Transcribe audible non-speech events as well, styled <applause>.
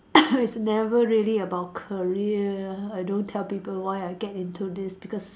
<coughs> it's never really about career I don't tell people why I get into this because